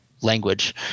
language